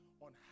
on